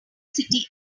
city